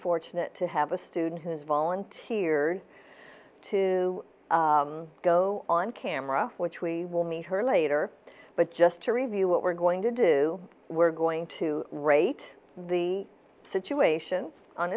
fortunate to have a student who has volunteered to go on camera which we will meet her later but just to review what we're going to do we're going to rate the situations on